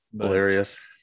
hilarious